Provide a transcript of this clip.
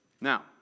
Now